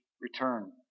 return